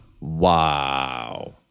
Wow